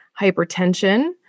hypertension